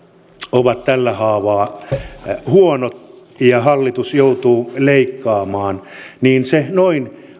ovat tällä haavaa huonot ja hallitus joutuu leikkaamaan niin sen arviolta noin